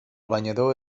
banyador